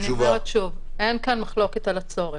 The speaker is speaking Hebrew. אני אומרת שוב: אין כאן מחלוקת על הצורך.